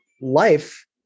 life